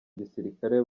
gisirikare